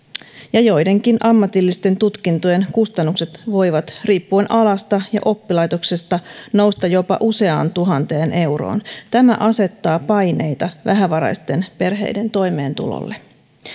ja joidenkin ammatillisten tutkintojen kustannukset voivat riippuen alasta ja oppilaitoksesta nousta jopa useaan tuhanteen euroon tämä asettaa paineita vähävaraisten perheiden toimeentulolle